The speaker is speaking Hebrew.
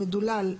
מדולל,